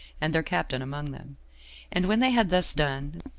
and their captain among them and when they had thus done,